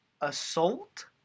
Assault